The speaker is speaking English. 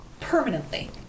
permanently